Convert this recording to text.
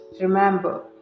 Remember